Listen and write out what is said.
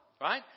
Right